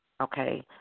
okay